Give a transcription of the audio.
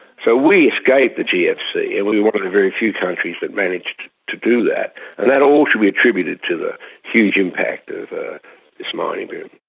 so we escaped the gfc and we were one of the very few countries that managed to do that, and that all should be attributed to the huge impact of ah this mining boom.